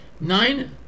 Nine